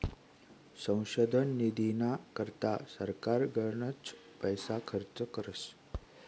संशोधन निधीना करता सरकार गनच पैसा खर्च करस